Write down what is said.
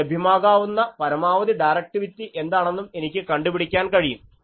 എനിക്ക് ലഭ്യമാകാവുന്ന പരമാവധി ഡയറക്ടിവിറ്റി എന്താണെന്നും എനിക്ക് കണ്ടുപിടിക്കാൻ കഴിയും